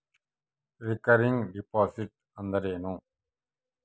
Recurring deposit ಅಂದರೇನು?